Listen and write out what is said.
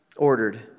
Ordered